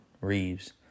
Reeves